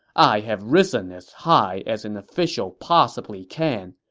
i have risen as high as an official possibly can.